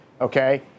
Okay